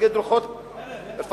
נגד רוחות רפאים?